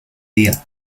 día